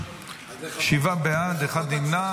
שבעה בעד, אחד נמנע.